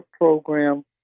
program